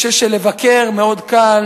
אני חושב שלבקר מאוד קל.